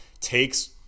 takes –